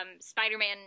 Spider-Man